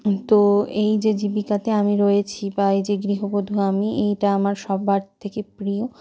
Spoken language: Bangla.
তো এই যে জীবিকাতে আমি রয়েছি বা এই যে গৃহবধূ আমি এইটা আমার সবার থেকে প্রিয়